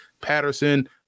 Patterson